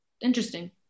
Interesting